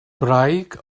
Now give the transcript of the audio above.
gwraig